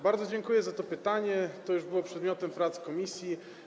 Bardzo dziękuję za to pytanie, to już było przedmiotem prac komisji.